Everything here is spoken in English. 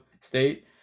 State